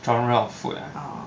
genre of food ah